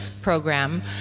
program